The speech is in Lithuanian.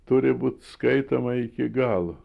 turi būt skaitoma iki galo